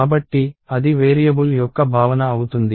కాబట్టి అది వేరియబుల్ యొక్క భావన అవుతుంది